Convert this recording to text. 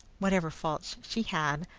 whatever faults she had,